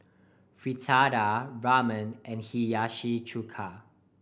Fritada Ramen and Hiyashi Chuka